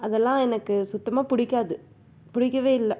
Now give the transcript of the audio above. அதல்லாம் எனக்கு சுத்தமாக பிடிக்காது பிடிக்கவே இல்லை